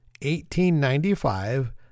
1895